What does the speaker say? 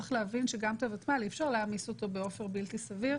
צריך להבין שאי אפשר להעמיס את הוותמ"ל באופן בלתי סביר,